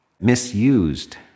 misused